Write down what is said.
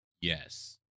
yes